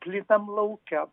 plynam lauke